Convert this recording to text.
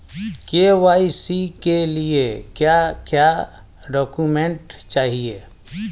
KYC के लिए क्या क्या डॉक्यूमेंट चाहिए?